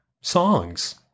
songs